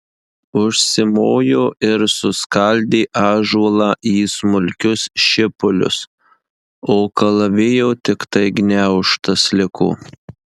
užsimojo ir suskaldė ąžuolą į smulkius šipulius o kalavijo tiktai gniaužtas liko